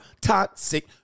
toxic